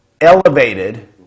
elevated